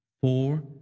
four